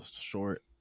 short